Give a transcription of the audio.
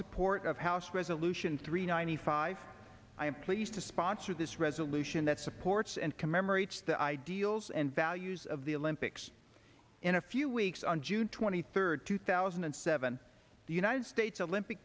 support of house resolution three ninety five i am pleased to sponsor this resolution that supports and commemorates the ideals and values of the olympics in a few weeks on june twenty third two thousand and seven the united states